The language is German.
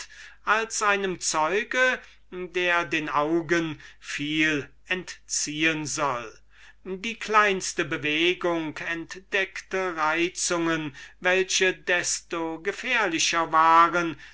als einem zeug der den augen etwas entziehen soll und die kleinste bewegung entdeckte reizungen die desto gefährlicher waren